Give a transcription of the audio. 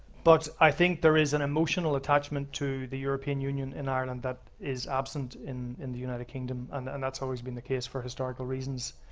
but i think there is an emotional attachment to the european union in ireland that is absent in in the united kingdom, and and that's always been the case for historical reasons.